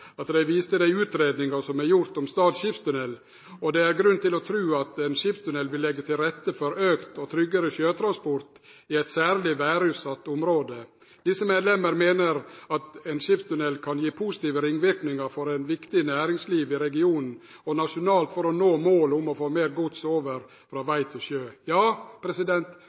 til de utredninger som er gjort om Stad skipstunnel, og at det er grunn til å tro at en skipstunnel vil legge til rette for økt og tryggere sjøtransport i et særlig værutsatt område. Disse medlemmer mener at en skipstunnel kan gi positive ringvirkninger for et viktig næringsliv i regionen og nasjonalt for å nå målet om å få mer gods over fra vei til sjø». Ja,